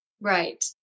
Right